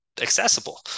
accessible